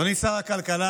אדוני שר הכלכלה,